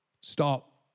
stop